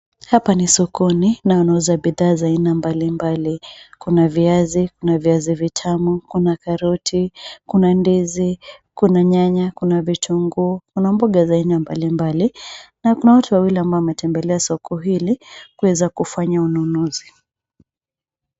Hapa ni sokoni na wanauza bidhaa za aina mbali mbali. Kuna viazi, kuna viazi vitamu, kuna karoti, kuna ndizi, kuna nyanya, kuna vitunguu, kuna mboga za aina mbali mbali na kuna watu wawili ambao wametembelea soko hili, kuweza kufanya ununuzi.